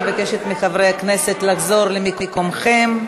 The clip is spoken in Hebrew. אני מבקשת מחברי הכנסת לחזור למקומותיכם.